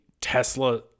Tesla